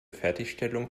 fertigstellung